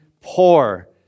poor